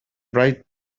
bright